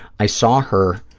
i saw her